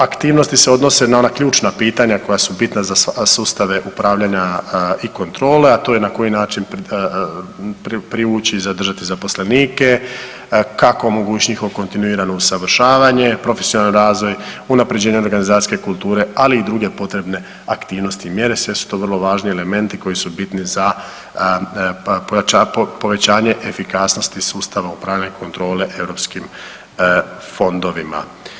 Aktivnosti se odnose na ona ključna pitanja koja su bitna za sustave upravljanja i kontrole, a to je na koji način privući i zadržati zaposlenike, kako omogućiti njihovo kontinuirano usavršavanje, profesionalni razvoj, unapređenje organizacijske kulture, ali i druge potrebne aktivnosti i mjere sve su to vrlo važni elementi koji su bitni za povećanje efikasnosti sustava upravljanja i kontrole europskim fondovima.